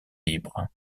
libre